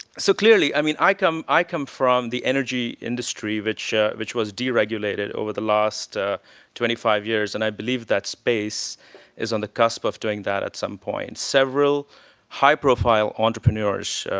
so clearly i mean, i come i come from the energy industry, which which was deregulated over the last twenty five years, and i believe that space is on the cusp of doing that at some point. several high profile entrepreneurs,